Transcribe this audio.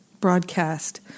broadcast